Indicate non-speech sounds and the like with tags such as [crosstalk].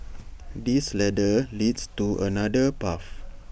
[noise] this ladder leads to another path